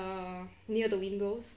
err near the windows